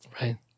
right